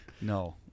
No